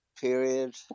period